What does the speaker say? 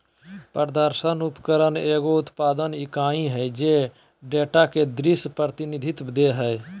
प्रदर्शन उपकरण एगो उत्पादन इकाई हइ जे डेटा के दृश्य प्रतिनिधित्व दे हइ